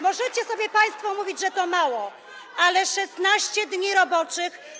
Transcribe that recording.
Możecie sobie państwo mówić, że to mało, ale 16 dni roboczych.